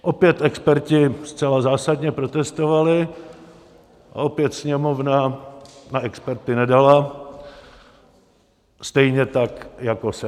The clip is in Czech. Opět experti zcela zásadně protestovali a opět Sněmovna na experty nedala, stejně tak jako Senát.